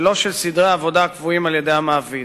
ולא של סדרי עבודה קבועים על-ידי המעביד.